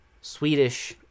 swedish